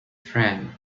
friend